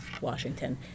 Washington